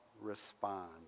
respond